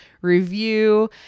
Review